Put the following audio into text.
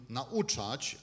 nauczać